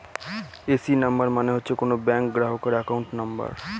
AC number মানে হচ্ছে কোনো ব্যাঙ্ক গ্রাহকের একাউন্ট নাম্বার